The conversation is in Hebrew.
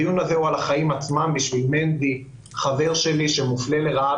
הדיון הזה הוא על החיים עצמם עבור מנדי חברי שמופלה לרעה